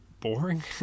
boring